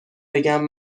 بگم